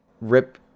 Rip